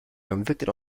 convicted